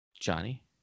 Johnny